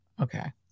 Okay